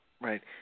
Right